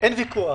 אין ויכוח